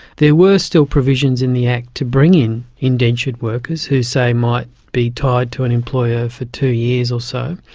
there were still provisions in the act to bring in indentured workers who, say, might be tied to an employer for two years or so,